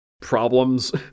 problems